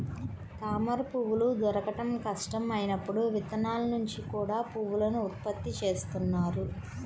తామరపువ్వులు దొరకడం కష్టం అయినప్పుడు విత్తనాల నుంచి కూడా పువ్వులను ఉత్పత్తి చేస్తున్నారు